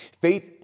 Faith